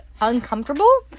uncomfortable